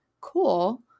cool